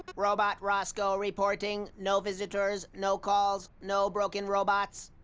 robot roscoe reporting no visitors, no calls, no broken robots.